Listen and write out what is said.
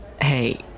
Hey